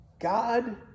God